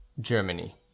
germany